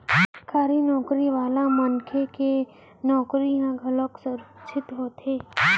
सरकारी नउकरी वाला मनखे के नउकरी ह घलोक सुरक्छित होथे